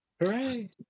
Hooray